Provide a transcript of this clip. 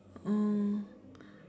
oh